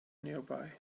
nearby